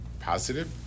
positive